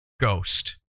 Ghost